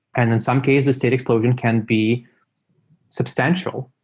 and in some cases, data explosion can be substantial.